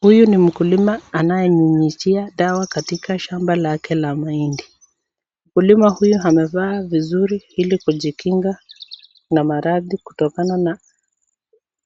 Huyu ni mkulima anayenyunyuzia mkulima dawa katika shamba lake la mahindi. Mkulima huyu amevaa vizuri ili kujikinga na maradhi kutokana na